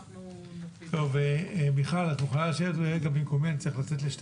אני משמיעה אותן בנחת בפני האנשים שלי בממשלה.